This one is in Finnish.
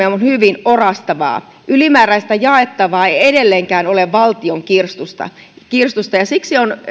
on hyvin orastavaa ylimääräistä jaettavaa ei edelleenkään ole valtion kirstusta kirstusta ja siksi on